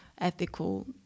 ethical